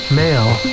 male